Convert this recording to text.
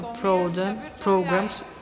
programs